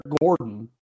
Gordon